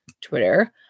Twitter